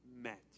met